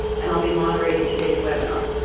and i'll be moderating today's webinar.